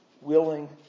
willing